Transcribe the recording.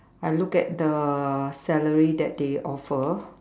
I look at the salary that they offer